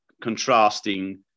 contrasting